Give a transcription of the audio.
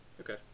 Okay